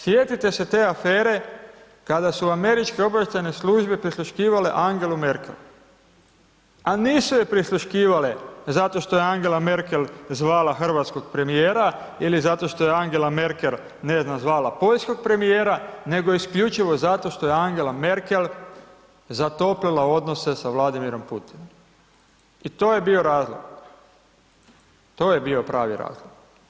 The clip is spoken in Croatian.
Sjetite se te afere kada su američke obavještajne službe prisluškivale Angelu Merkel, a nisu je prisluškivale zato što je Angela Merkel zvala hrvatskog premijera ili zato što je Angela Merkel, ne znam, zvala poljskog premijera, nego isključivo zato što je Angela Merkel zatoplila odnose sa Vladimirom Putinom i to je bio razlog, to je bio pravi razlog.